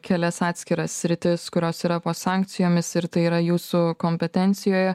kelias atskiras sritis kurios yra po sankcijomis ir tai yra jūsų kompetencijoje